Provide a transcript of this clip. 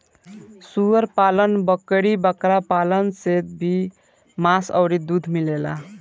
सूअर पालन, बकरी बकरा पालन से भी मांस अउरी दूध मिलेला